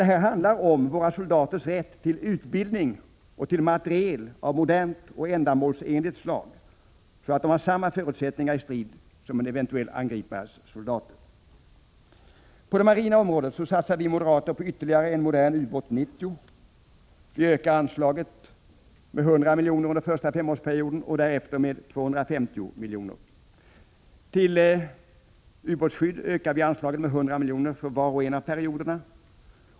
Detta handlar om våra soldaters rätt till utbildning och materiel av modernt och ändamålsenligt slag, så att de har samma förutsättningar i strid som en eventuell angripares soldater. På det marina området vill vi moderater satsa på ytterligare en modern ubåt 90. Av den anledningen vill vi öka anslaget med 100 milj.kr. under den första femårsperioden och med 250 milj.kr. under nästa period. Till ubåtsskyddet vill vi öka anslaget med 100 milj.kr. för var och en av perioderna.